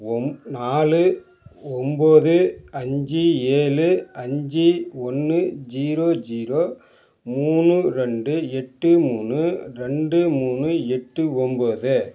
ஒம் நாலு ஒன்போது அஞ்சு ஏழு அஞ்சு ஒன்று ஜீரோ ஜீரோ மூணு ரெண்டு எட்டு மூணு ரெண்டு மூணு எட்டு ஒன்போது